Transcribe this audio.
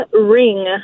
ring